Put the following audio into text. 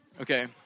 Okay